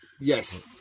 Yes